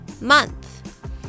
month